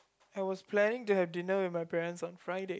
I was planning to have dinner with my parents on Friday